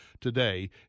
today